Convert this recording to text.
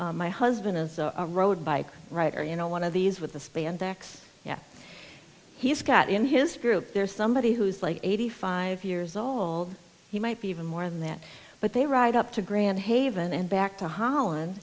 us my husband is a road bike rider you know one of these with the spandex yeah he's got in his group there's somebody who's like eighty five years old he might be even more than that but they ride up to grand haven and back to holland